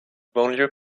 banlieue